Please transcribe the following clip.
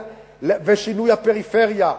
וגם שינוי הפריפריה,